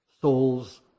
souls